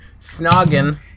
Snogging